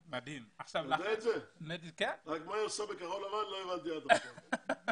רק מה היא עושה ב'כחול לבן' לא הבנתי עד עכשיו.